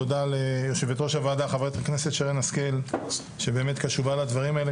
תודה ליושבת ראש הוועדה חברת הכנסת שרן השכל שבאמת קשובה לדברים האלה,